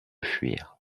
fuir